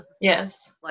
Yes